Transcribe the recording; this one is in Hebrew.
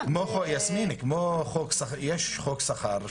יסמין, יש חוק שכר שווה.